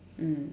mm